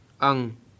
Ang